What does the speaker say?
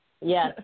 yes